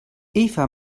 eva